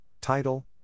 title